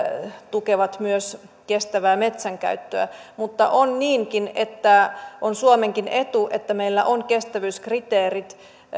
tukevat myös kestävää metsänkäyttöä mutta on niinkin että on suomenkin etu että meillä on kestävyyskriteerit